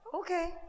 okay